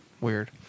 Weird